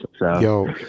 Yo